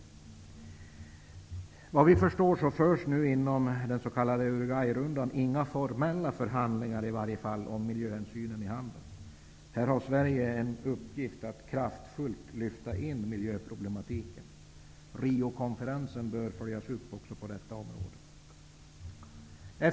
Såvitt vi förstår förs nu inom ramen för den s.k. Uruguayrundan i varje fall inga formella förhandlingar om miljöhänsynen i handeln. Här har Sverige en uppgift att kraftfullt lyfta in miljöproblematiken. Riokonferensen bör följas upp också på detta område.